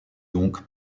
donc